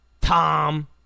Tom